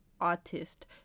artist